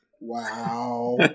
Wow